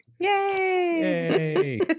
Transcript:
Yay